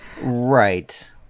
Right